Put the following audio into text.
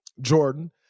Jordan